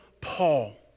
Paul